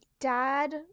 dad